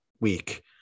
week